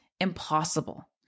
impossible